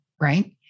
right